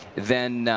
then